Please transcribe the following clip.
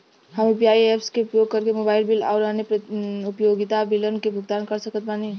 हम UPI apps के उपयोग करके मोबाइल बिल आउर अन्य उपयोगिता बिलन के भुगतान कर सकत बानी